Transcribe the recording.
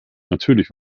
natürlich